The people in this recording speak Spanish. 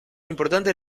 importante